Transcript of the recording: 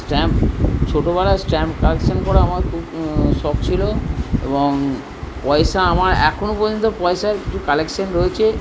stamp ছোটোবেলায় stamp collection করা আমার খুব শখ ছিল এবং পয়সা আমার এখনো পর্যন্ত পয়সার কালেকশন রয়েছে